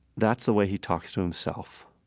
that's the way he talks to himself.